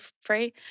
free